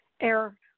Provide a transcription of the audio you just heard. air